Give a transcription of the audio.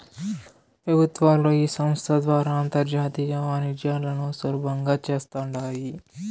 పెబుత్వాలు ఈ సంస్త ద్వారా అంతర్జాతీయ వాణిజ్యాలను సులబంగా చేస్తాండాయి